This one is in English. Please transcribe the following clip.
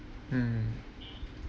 mm